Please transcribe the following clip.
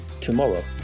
tomorrow